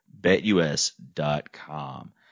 BetUS.com